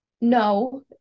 no